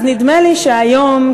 אז נדמה לי שהיום,